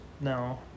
No